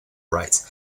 rights